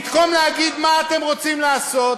במקום להגיד מה אתם רוצים לעשות,